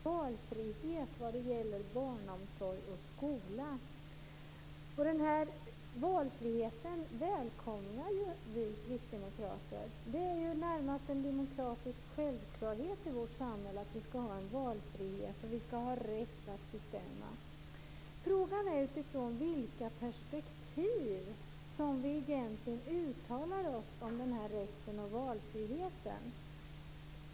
Fru talman! Torgny Danielsson talade om valfrihet vad gäller barnomsorg och skola. Den valfriheten välkomnar vi kristdemokrater. Det är närmast en demokratisk självklarhet i vårt samhälle att vi skall ha valfrihet och rätt att bestämma. Frågan är utifrån vilka perspektiv som vi uttalar oss om den rätten och den valfriheten.